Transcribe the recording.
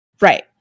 Right